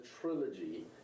trilogy